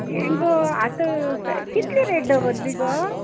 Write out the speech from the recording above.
हें गो आतां कितली रेट दवरली गो